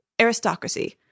aristocracy